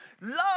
Love